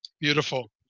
Beautiful